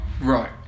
Right